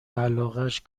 علاقش